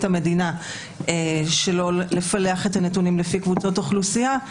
המדינה שלא לפלח את הנתונים לפי קבוצות אוכלוסייה.